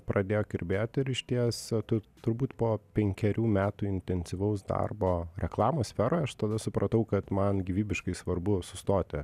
pradėjo kirbėt ir išties tu turbūt po penkerių metų intensyvaus darbo reklamos sferoj aš tada supratau kad man gyvybiškai svarbu sustoti